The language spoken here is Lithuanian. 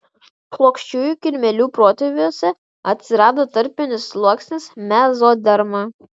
plokščiųjų kirmėlių protėviuose atsirado tarpinis sluoksnis mezoderma